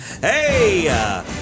Hey